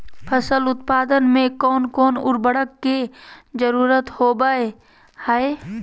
फसल उत्पादन में कोन कोन उर्वरक के जरुरत होवय हैय?